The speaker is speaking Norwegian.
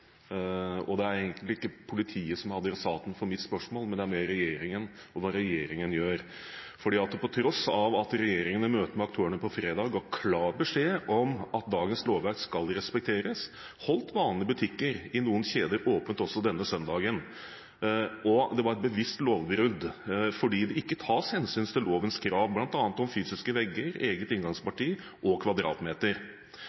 og det er egentlig ikke politiet som er adressaten for mitt spørsmål, det er mer regjeringen og hva regjeringen gjør. For på tross av at regjeringen i møte med aktørene på fredag ga klar beskjed om at dagens lovverk skal respekteres, holdt vanlige butikker i noen kjeder åpent også denne søndagen, og det var et bevisst lovbrudd fordi det ikke tas hensyn til lovens krav, bl.a. om fysiske vegger, eget